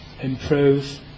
improve